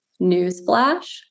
newsflash